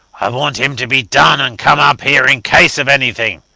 i want him to be done and come up here in case of anything.